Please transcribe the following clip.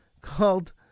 called